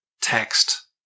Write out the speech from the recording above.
text